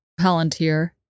Palantir